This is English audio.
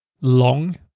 long